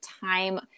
time